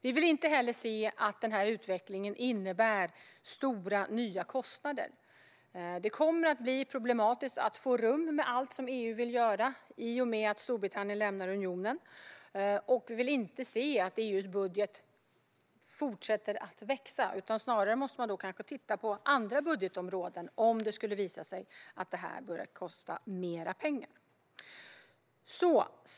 Vi vill heller inte se att utvecklingen innebär stora nya kostnader. Det kommer att bli problematiskt att få rum med allt som EU vill göra i och med att Storbritannien lämnar unionen, och vi vill inte att EU:s budget fortsätter att växa. Man måste snarare titta på andra budgetområden, om det skulle visa sig att detta börjar kosta mer pengar. Fru talman!